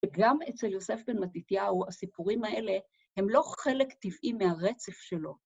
וגם אצל יוסף בן מתתיהו, הסיפורים האלה, הם לא חלק טבעי מהרצף שלו.